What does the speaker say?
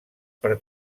per